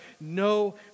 no